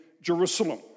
Jerusalem